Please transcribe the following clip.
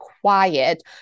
quiet